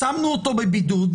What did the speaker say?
שמנו אותו בבידוד,